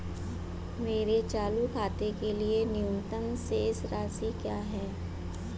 मेरे चालू खाते के लिए न्यूनतम शेष राशि क्या है?